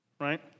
right